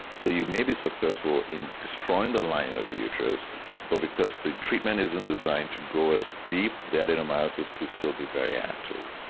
so you may be successful in destroying the lining of uterus but because the treatment isn't designed to go as deep that adenomyosis could still be very active.